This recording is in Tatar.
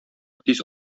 тиз